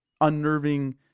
unnerving